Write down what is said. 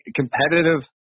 competitive